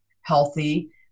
healthy